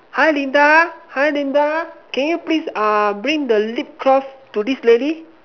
hi Linda hi Linda can you please uh bring the lip gloss to this lady